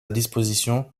disposition